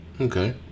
Okay